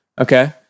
okay